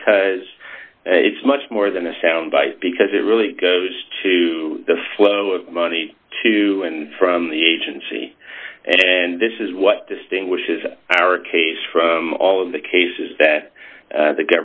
because it's much more than a soundbite because it really goes to the flow of money to and from the agency and this is what distinguishes our case from all of the cases that